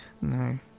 No